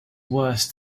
worse